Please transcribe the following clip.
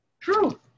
True